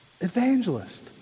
evangelist